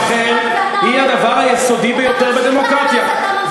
הדבר היסודי ביותר בדמוקרטיה.